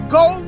go